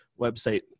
website